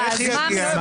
אז מה?